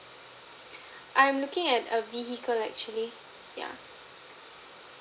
I'm looking at a vehicle actually yeah